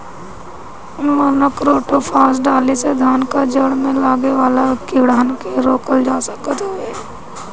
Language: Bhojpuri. मोनोक्रोटोफास डाले से धान कअ जड़ में लागे वाला कीड़ान के रोकल जा सकत हवे